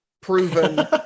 proven